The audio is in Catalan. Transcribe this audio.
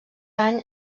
any